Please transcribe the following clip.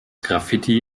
graffiti